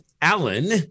Alan